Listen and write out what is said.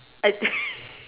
I